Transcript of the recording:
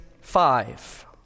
five